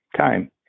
time